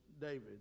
David